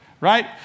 Right